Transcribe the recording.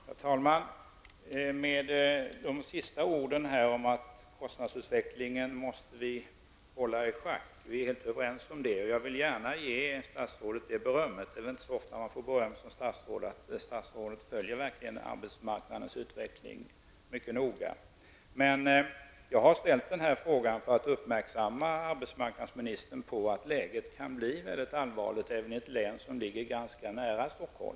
Herr talman! Vi är helt överens om det sista som statsrådet här sade -- att vi måste hålla kostnadsutvecklingen i schack. Jag vill gärna ge statsrådet det berömmet -- det är väl inte så ofta man får beröm som statsråd? -- att statsrådet verkligen följer arbetsmarknadens utveckling mycket noga. Jag har ställt den här frågan för att göra arbetsmarknadsministern uppmärksam på att läget kan bli mycket allvarligt även i ett län som ligger ganska nära Stockholm.